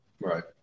Right